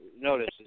notice